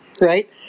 right